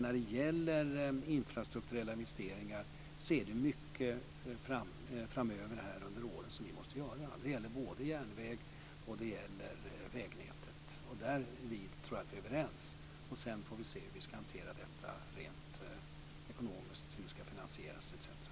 När det gäller infrastrukturella investeringar är det mycket framöver som vi måste göra. Det gäller både järnväg och vägnät. Därvid tror jag att vi är överens. Sedan får vi se hur vi ska hantera detta rent ekonomiskt, hur det ska finansieras etc.